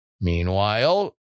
Meanwhile